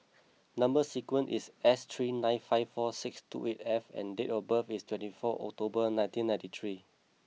number sequence is S three nine five four six two eight F and date of birth is twenty four October nineteen ninety three